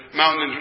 mountain